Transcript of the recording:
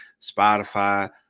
Spotify